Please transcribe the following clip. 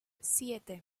siete